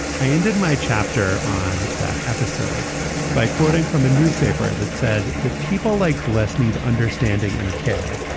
i ended my chapter on that episode by quoting from a newspaper that said that people like blessed need understanding and care,